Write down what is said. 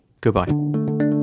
goodbye